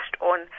on